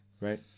Right